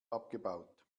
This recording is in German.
abgebaut